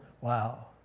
wow